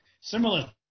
similar